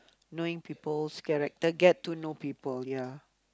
knowing people's character get to know people ya